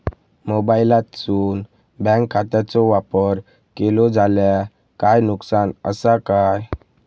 मोबाईलातसून बँक खात्याचो वापर केलो जाल्या काय नुकसान असा काय?